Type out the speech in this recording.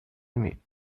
aimée